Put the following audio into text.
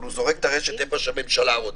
אבל הוא זורק את הרשת איפה שהממשלה רוצה.